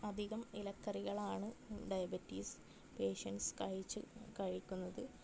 അധികം ഇലക്കറികളാണ് diabetes patients കഴിച്ച് കഴിക്കുന്നത്